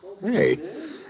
Hey